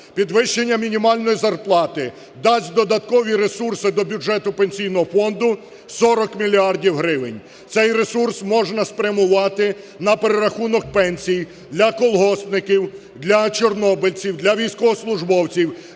Підвищення мінімальної зарплати дасть додаткові ресурси до бюджету Пенсійного фонду 40 мільярдів гривень. Цей ресурс можна спрямувати на перерахунок пенсій для колгоспників, для чорнобильців, для військовослужбовців,